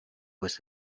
was